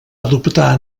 adoptar